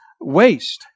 waste